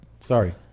Sorry